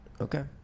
Okay